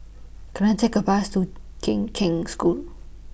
Can I Take A Bus to Kheng Cheng School